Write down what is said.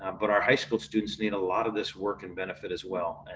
um but our high school students need a lot of this work and benefit as well,